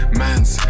man's